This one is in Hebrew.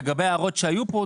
לגבי ההערות שהיו כאן,